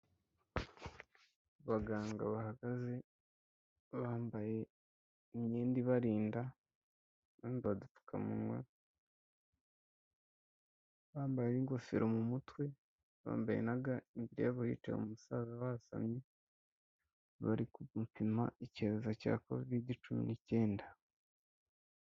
Abaganga bahagaze bambaye imyenda ibarinda, bambaye agapfukamunwa, bambaye ingofero mu mutwe, bambaye na ga imbere yabo hicaye umusaza wasamye bari kuupima icyorezo cya kovide cumi n'icyenda.